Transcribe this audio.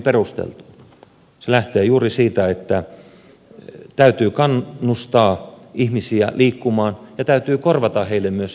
se lähtee juuri siitä että täytyy kannustaa ihmisiä liikkumaan ja täytyy myös korvata heille se liikkuminen